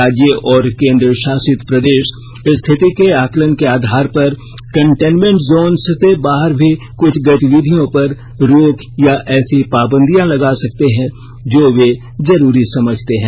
राज्य और केन्द्र शासित प्रदेश स्थिति के आकलन के आधार पर कंटेनमेंट जोन्स से बाहर भी कुछ गतिविधियों पर रोक या ऐसी पाबंदियां लगा सकते हैं जो वे जरूरी समझते हैं